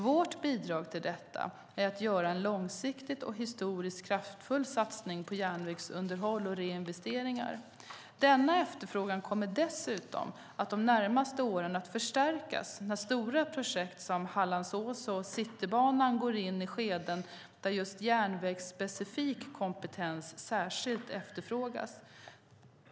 Vårt bidrag till detta är att göra en långsiktig och historiskt kraftfull satsning på järnvägsunderhåll och reinvesteringar. Denna efterfrågan kommer dessutom de närmaste åren att förstärkas när stora projekt som Hallandsås och Citybanan går in i skeden där järnvägsspecifik kompetens särskilt efterfrågas.